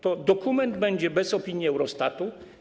To dokument będzie bez opinii Eurostatu?